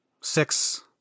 six –